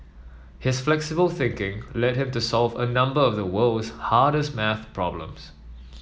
his flexible thinking led him to solve a number of the world's hardest math problems